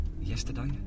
yesterday